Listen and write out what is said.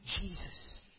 Jesus